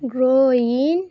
growing